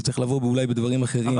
זה צריך לבוא אולי בדברים אחרים,